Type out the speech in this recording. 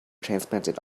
transplanted